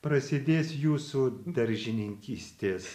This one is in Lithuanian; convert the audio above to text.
prasidės jūsų daržininkystės